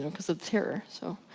because of terror. so,